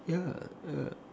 yeah uh